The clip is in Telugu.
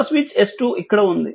మరొక స్విచ్ S2 ఇక్కడ ఉంది